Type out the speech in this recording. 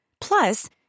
Plus